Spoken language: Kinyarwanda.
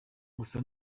gusa